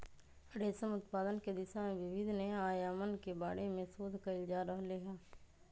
रेशम उत्पादन के दिशा में विविध नया आयामन के बारे में शोध कइल जा रहले है